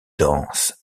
danse